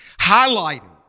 Highlighting